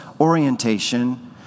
orientation